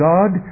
God